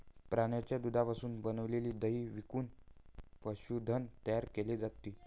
प्राण्यांच्या दुधापासून बनविलेले दही विकून पशुधन तयार केले जाते